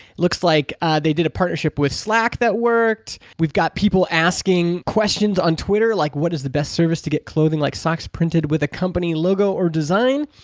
looks like they did a partnership with slack that worked. we've got people asking questions on twitter, like what is the best service to get custom like socks printed with a company logo or design?